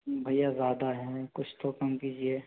भैया ज़्यादा है कुछ तो कम कीजिए